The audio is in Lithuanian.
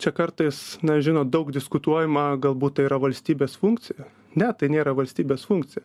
čia kartais na žinot daug diskutuojama galbūt tai yra valstybės funkcija ne tai nėra valstybės funkcija